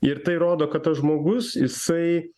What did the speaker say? ir tai rodo kad tas žmogus jisai